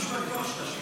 בבקשה.